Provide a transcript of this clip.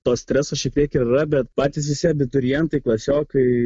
to streso šiek tiek yra bet patys visi abiturientai klasiokai